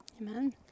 Amen